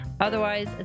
Otherwise